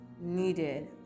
needed